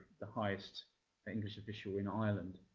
the highest english official in ireland.